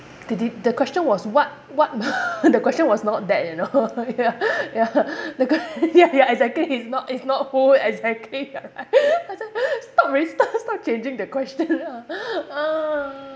the the the question was what what the question was not that you know ya ya the que~ ya ya exactly it's not it's not who exactly ya right stop resta~ stop changing the question ah ah